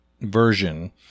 version